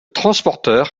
transporteur